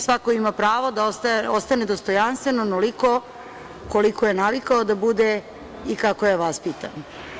Svako ima pravo da ostane dostojanstven onoliko koliko je navikao da bude i kako je vaspitan.